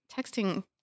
texting